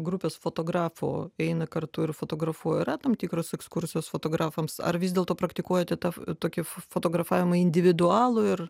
grupės fotografo eina kartu ir fotografuoja yra tam tikros ekskursijos fotografams ar vis dėlto praktikuojate tą tokį fotografavimą individualų ir